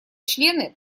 члены